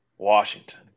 Washington